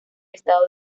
estado